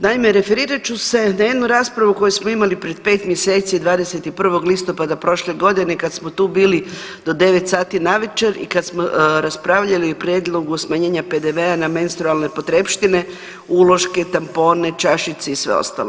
Naime, referirat ću se na jednu raspravu koju smo imali pred pet mjeseci 21. listopada prošle godine kad smo tu bili do 9 sati navečer i kad smo raspravljali o prijedlogu smanjenja PDV-a na menstrualne potrepštine, uloške, tampone, čašice i sve ostalo.